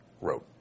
wrote